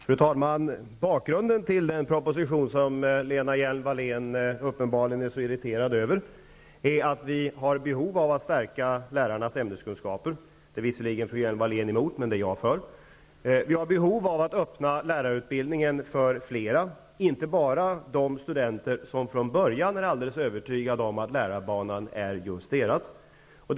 Fru talman! Bakgrunden till den proposition som Lena Hjelm-Wallén uppenbarligen är så irriterad över är att vi har behov av att stärka lärarnas ämneskunskaper. Det är visserligen fru Hjelm Wallén emot, men jag är för det. Vi har behov av att öppna lärarutbildningen för flera, inte bara för de studenter som från början är alldeles övertygade om att lärarbanan är det bästa för just dem.